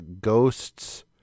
ghosts